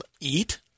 eat